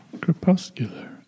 Crepuscular